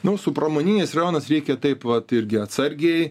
nu su pramoniniais rajonais reikia taip vat irgi atsargiai